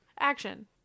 action